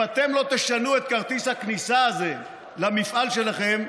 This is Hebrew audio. אם אתם לא תשנו את כרטיס הכניסה הזה למפעל שלכם,